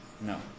No